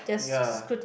ya